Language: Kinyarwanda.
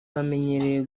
bamenyereye